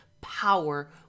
power